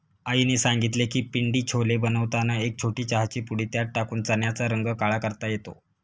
आईने सांगितले की पिंडी छोले बनवताना एक छोटी चहाची पुडी त्यात टाकून चण्याचा रंग काळा करता येतो